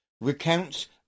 recounts